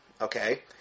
okay